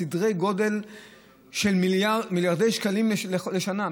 בסדרי גודל של מיליארדי שקלים לשנה.